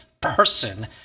person